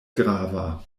grava